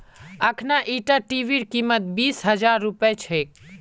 अखना ईटा टीवीर कीमत बीस हजार रुपया छेक